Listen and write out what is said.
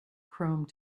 chrome